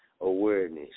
awareness